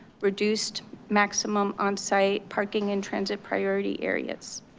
reduced maximum on site parking in transit priority areas.